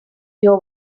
your